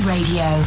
Radio